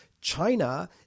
China